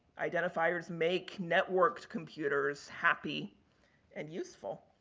identifiers make network computers happy and useful.